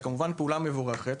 זו כמובן פעולה מבורכת,